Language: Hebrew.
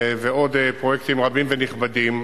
ועוד פרויקטים רבים ונכבדים,